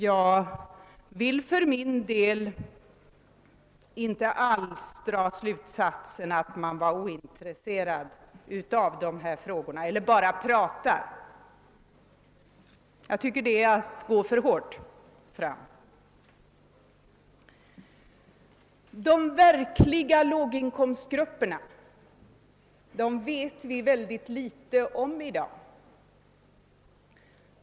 Jag vill för min del inte alls dra slutsatsen att man varit ointresserad av dessa frågor eller bara pratat. Jag tycker att det vore att gå för hårt fram. De verkliga låginkomstgrupperna vet vi väldigt litet om i dag.